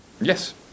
yes